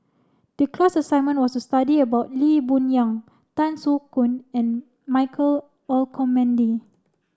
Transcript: the class assignment was to study about Lee Boon Yang Tan Soo Khoon and Michael Olcomendy